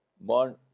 born